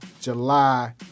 July